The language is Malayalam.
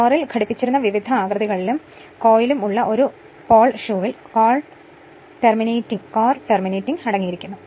കോറിൽ ഘടിപ്പിച്ചിരിക്കുന്ന വിവിധ ആകൃതികളും കോയിലും ഉള്ള ഒരു പോൾ ഷൂവിൽ കോർ ടെർമിനേറ്റിംഗ് അടങ്ങിയിരിക്കുന്നു